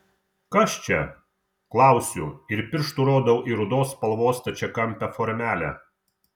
kas čia klausiu ir pirštu rodau į rudos spalvos stačiakampę formelę